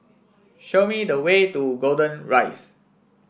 show me the way to Golden Rise